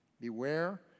Beware